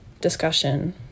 discussion